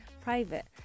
private